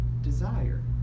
desire